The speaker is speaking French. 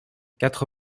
quatre